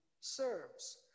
serves